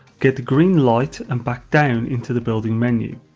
get the green light and back down into the building menu,